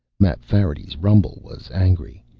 mapfarity's rumble was angry.